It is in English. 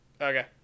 okay